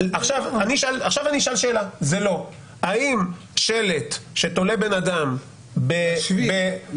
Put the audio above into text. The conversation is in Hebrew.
עכשיו אני אשאל שאלה: האם שלט שתולה בן-אדם בשביל